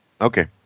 Okay